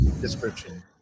description